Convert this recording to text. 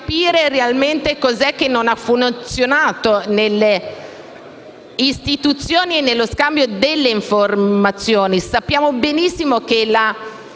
Grazie,